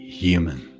human